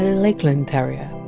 lakeland terrier.